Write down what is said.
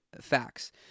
facts